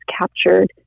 captured